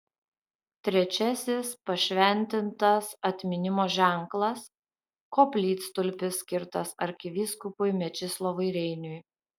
trečiasis pašventintas atminimo ženklas koplytstulpis skirtas arkivyskupui mečislovui reiniui